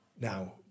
now